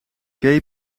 gay